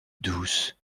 douce